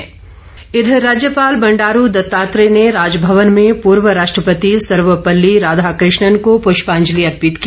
पुष्पांजलि इधर राज्यपाल बंडारू दत्तात्रेय ने राजभवन में पूर्व राष्ट्रपति सर्वपल्ली राधाकृष्णन को पुष्पांजलि अर्पित की